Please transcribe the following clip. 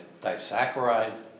disaccharide